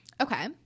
Okay